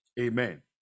Amen